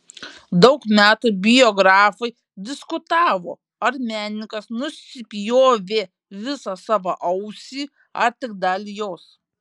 daug metų biografai diskutavo ar menininkas nusipjovė visą savo ausį ar tik dalį jos